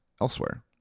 elsewhere